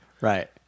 Right